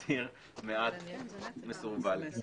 אומר שזה עדיין מעט מסורבל.